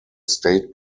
state